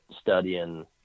studying